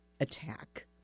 attack